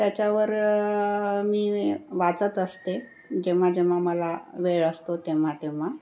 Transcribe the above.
त्याच्यावर मी वाचत असते जेव्हा जेव्हा मला वेळ असतो तेव्हा तेव्हा